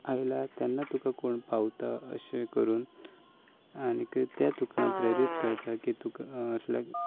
आयल्या तेन्ना तुका कोण पावता अशें करून आनी तें तुका प्रेरीत करता की तुका अशा